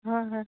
হয় হয়